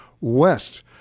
west